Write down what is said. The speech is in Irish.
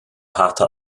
hata